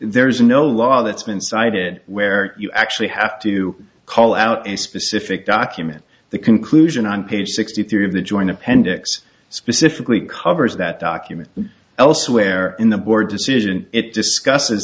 there is no law that's been cited where you actually have to call out a specific document the conclusion on page sixty three of the joint appendix specifically covers that document elsewhere in the board decision it discuss